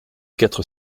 quatre